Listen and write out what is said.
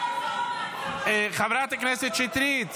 שטרית.